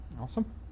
Awesome